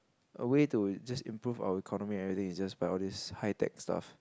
a way to just improve our economy everything is just by all these high tech stuff